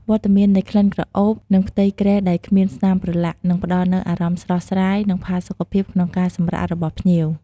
វត្តមាននៃក្លិនក្រអូប និងផ្ទៃគ្រែដែលគ្មានស្នាមប្រឡាក់ នឹងផ្តល់នូវអារម្មណ៍ស្រស់ស្រាយ និងផាសុកភាពក្នុងការសម្រាករបស់ភ្ញៀវ។